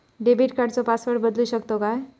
Debit कार्डचो password बदलु शकतव काय?